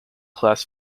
class